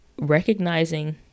recognizing